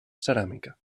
ceràmica